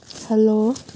hello